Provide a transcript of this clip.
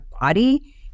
body